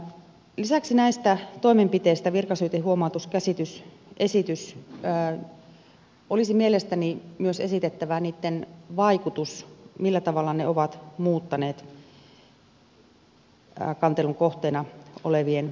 lisäksi näistä toimenpiteistä virkasyyte huomautus käsitys esitys olisi mielestäni myös esitettävä niitten vaikutus millä tavalla ne ovat muuttaneet kantelun kohteena olevien tilanteiden asiantilaa